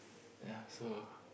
ya so